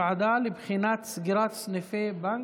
ועדה לבחינת סגירת סניפי בנק),